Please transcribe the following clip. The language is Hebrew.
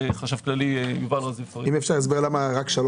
החשב הכללי יובל רז יפרט.